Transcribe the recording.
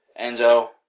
Enzo